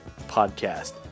podcast